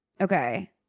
Okay